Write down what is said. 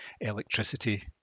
electricity